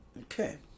Okay